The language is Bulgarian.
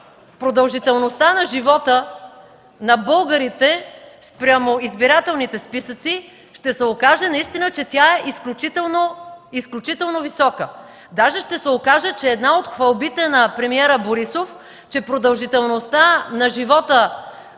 продължителността на живота на българите спрямо избирателните списъци, ще се окаже, че тя е наистина изключително висока. Даже една от хвалбите на премиера Борисов, че продължителността на живота